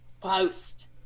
post